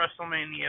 WrestleMania